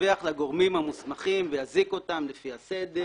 ידווח לגורמים המוסמכים ויזעיק אותם לפי הסדר: